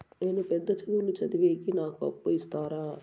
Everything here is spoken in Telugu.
నేను పెద్ద చదువులు చదివేకి నాకు అప్పు ఇస్తారా